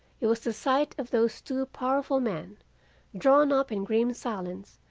it was the sight of those two powerful men drawn up in grim silence,